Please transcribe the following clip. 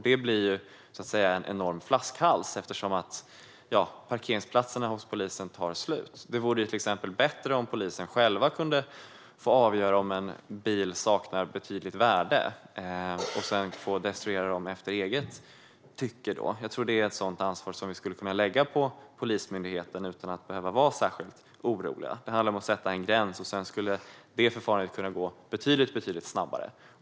Det blir en enorm flaskhals, eftersom parkeringsplatserna hos polisen tar slut. Det vore till exempel bättre om polisen själv kunde avgöra om en bil saknar betydligt värde och destruera dem efter eget tycke. Det är ett sådant ansvar som vi kan lägga på Polismyndigheten utan att behöva vara oroliga. Det handlar om att sätta en gräns, och sedan kan det förfarandet gå betydligt snabbare.